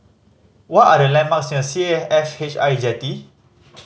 what are the landmarks near C A F H I Jetty